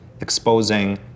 exposing